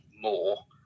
more